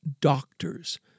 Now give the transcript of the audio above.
doctors